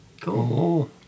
cool